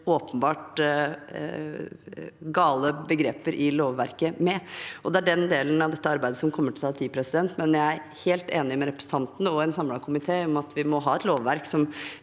åpenbart gale begreper i lovverket med, og det er den delen av dette arbeidet som kommer til å ta tid. Jeg er helt enig med representanten og en samlet komité i at vi må ha et lovverk som